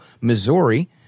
Missouri